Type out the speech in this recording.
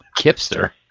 Kipster